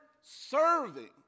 serving